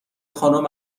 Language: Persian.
خانم